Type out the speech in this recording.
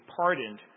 pardoned